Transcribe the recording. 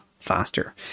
faster